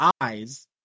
eyes